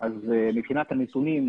אז מבחינת הנתונים,